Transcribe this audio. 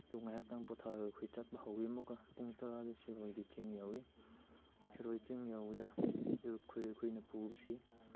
ꯑꯗꯨꯝ ꯉꯥꯏꯍꯥꯛꯇꯪ ꯄꯣꯊꯥꯔꯒ ꯑꯩꯈꯣꯏ ꯆꯠꯄ ꯍꯧꯏ ꯑꯃꯨꯛꯀ ꯄꯨꯡ ꯇꯔꯥꯗ ꯁꯤꯔꯣꯏꯒꯤ ꯆꯤꯡ ꯌꯧꯏ ꯁꯤꯔꯣꯏ ꯆꯤꯡ ꯌꯧꯕꯗ ꯏꯔꯨꯞ ꯈꯣꯏ ꯑꯩꯈꯣꯏꯅ ꯄꯨꯕꯁꯤ